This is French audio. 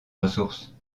ressources